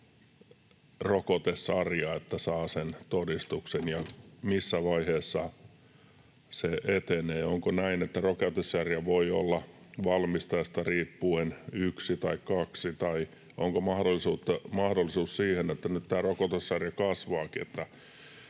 rokotesarja, että saa sen todistuksen, ja missä vaiheessa se etenee. Onko näin, että rokotesarja voi olla valmistajasta riippuen yksi tai kaksi, tai onko mahdollisuus siihen, että nyt tämä rokotesarja kasvaakin,